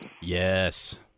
Yes